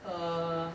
uh